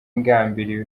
ngambiriye